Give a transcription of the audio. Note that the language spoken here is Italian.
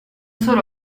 solo